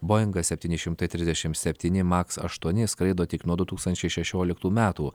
boingas septyni šimtai trisdešimt septyni maks aštuoni skraido tik nuo du tūkstančiai šešioliktų metų